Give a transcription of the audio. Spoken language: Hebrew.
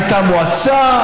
הייתה מועצה,